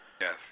Yes